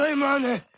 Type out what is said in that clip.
yeah mother.